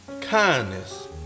kindness